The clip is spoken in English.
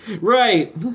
Right